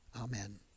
Amen